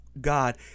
God